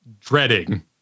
dreading